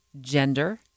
gender